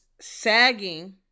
sagging